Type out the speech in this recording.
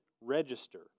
register